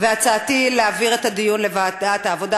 הצעתי היא להעביר את הדיון לוועדת העבודה,